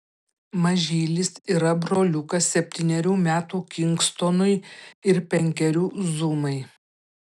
mažylis yra broliukas septynerių metų kingstonui ir penkerių zumai